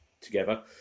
together